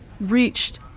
reached